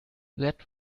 let